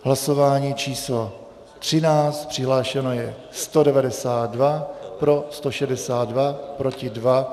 Hlasování číslo 13, přihlášeno je 192, pro 162, proti 2.